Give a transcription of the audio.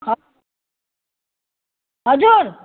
ह हजुर